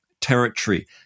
territory